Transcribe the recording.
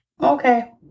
Okay